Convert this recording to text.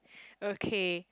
okay